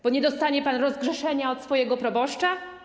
Bo nie dostanie pan rozgrzeszenia od swojego proboszcza?